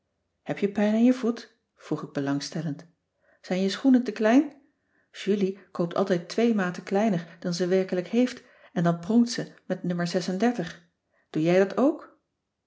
heb je pijn aan je voet vroeg ik belangstellend zijn je schoenen te klein julie koopt altijd twee maten kleiner dan ze werkelijk heeft en dan pronkt ze met no oe jij dat ook